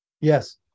Yes